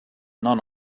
none